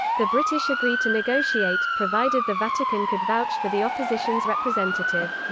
the british agreed to negotiate, provided the vatican could vouch for the opposition's representative.